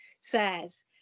says